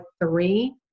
three